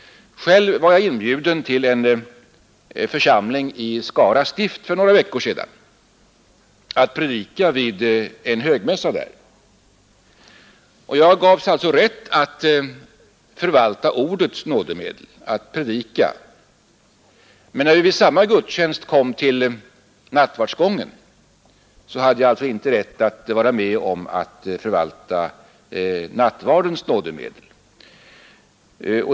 Själv var jag inbjuden till en församling i Skara stift för några veckor sedan att predika vid en högmässa där, och jag gavs alltså rätt att förvalta ordets nådemedel — att predika — men när vi vid samma gudstjänst kom till nattvardsgången hade jag inte rätt att vara med om att förvalta nattvardens nådemedel.